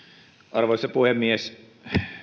arvoisa puhemies